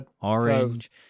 orange